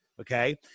okay